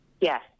Yes